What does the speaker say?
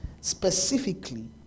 specifically